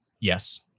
Yes